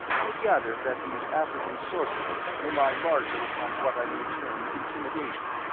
i gather that these african sorcerers rely largely upon what i may term intimidation.